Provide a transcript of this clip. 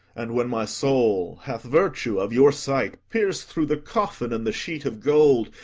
and, when my soul hath virtue of your sight, pierce through the coffin and the sheet of gold,